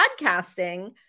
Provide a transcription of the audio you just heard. podcasting